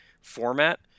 format